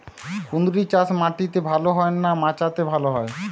কুঁদরি চাষ মাটিতে ভালো হয় না মাচাতে ভালো হয়?